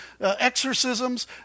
exorcisms